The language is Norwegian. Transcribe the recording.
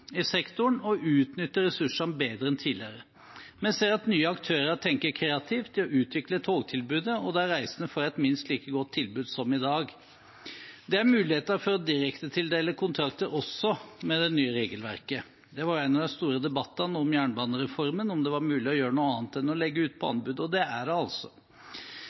i sektoren og utnytter ressursene bedre enn tidligere. Vi ser at nye aktører tenker kreativt i å utvikle togtilbudet, og de reisende får et minst like godt tilbud som i dag. Det er muligheter for å direktetildele kontrakter også med det nye regelverket. Det var en av de store debattene om jernbanereformen – om det var mulig å gjøre noe annet enn å legge ut på anbud. Og det er det altså.